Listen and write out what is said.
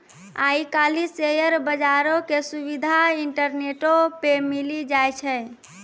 आइ काल्हि शेयर बजारो के सुविधा इंटरनेटो पे मिली जाय छै